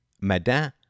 Madame